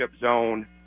zone